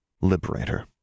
liberator